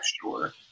sure